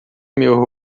meu